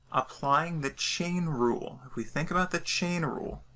applying the chain rule if we think about the chain rule